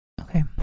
okay